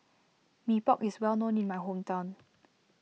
Mee Pok is well known in my hometown